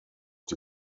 die